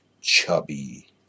chubby